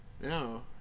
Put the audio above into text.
No